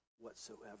whatsoever